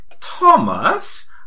Thomas